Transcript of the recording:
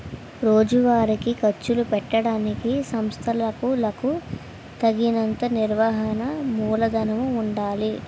రోజువారీ ఖర్చులు పెట్టడానికి సంస్థలకులకు తగినంత నిర్వహణ మూలధనము ఉండాలి